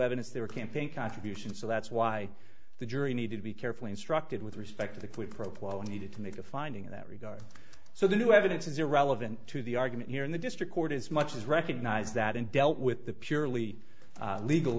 evidence they were campaign contributions so that's why the jury need to be carefully instructed with respect to the quid pro quo and needed to make a finding in that regard so the new evidence is irrelevant to the argument here in the district court as much as recognize that and dealt with the purely legal